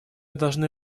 должны